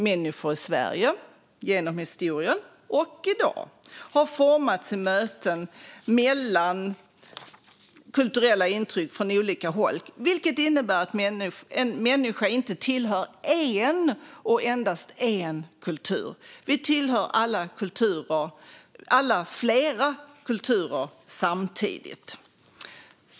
Människor i Sverige genom historien och i dag har formats i möten mellan kulturella intryck från olika håll, vilket innebär att en människa inte tillhör en och endast en kultur. Vi tillhör alla flera kulturer samtidigt.